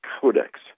codex